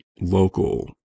local